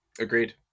Agreed